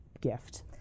gift